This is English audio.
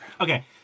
Okay